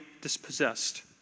dispossessed